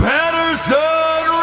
Patterson